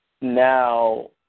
now